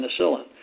penicillin